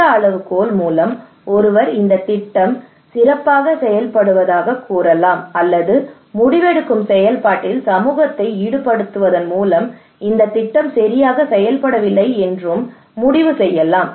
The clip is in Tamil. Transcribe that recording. இந்த அளவுகோல் மூலம் ஒருவர் இந்த திட்டம் சிறப்பாக செயல்படுவதாகக் கூறலாம் அல்லது முடிவெடுக்கும் செயல்பாட்டில் சமூகத்தை ஈடுபடுத்துவதன் மூலம் இந்த திட்டம் சரியாக செயல்படவில்லை என்றும் முடிவு செய்யலாம்